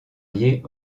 liés